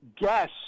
guess